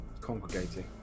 congregating